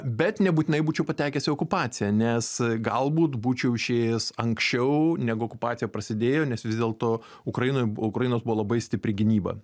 bet nebūtinai būčiau patekęs į okupaciją nes galbūt būčiau išėjęs anksčiau negu okupacija prasidėjo nes vis dėlto ukrainoj ukrainos buvo labai stipri gynyba